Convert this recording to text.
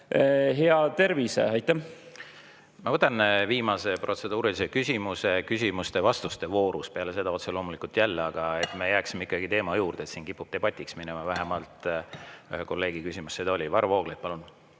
hea tervise. Ma võtan viimase protseduurilise küsimuse küsimuste ja vastuste voorus, peale seda otse loomulikult jälle. Aga jääme ikkagi teema juurde, siin kipub debatiks minema, vähemalt ühe kolleegi küsimus seda oli. Varro Vooglaid, palun!